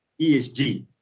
ESG